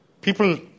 people